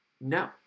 No